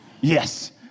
Yes